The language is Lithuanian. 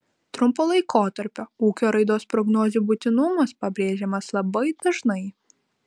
trumpo laikotarpio ūkio raidos prognozių būtinumas pabrėžiamas labai dažnai